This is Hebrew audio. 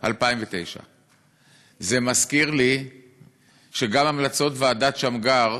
2009. זה מזכיר לי שגם המלצות ועדת שמגר,